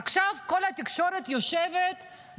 עכשיו כל התקשורת יושבת,